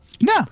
no